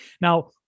Now